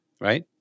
right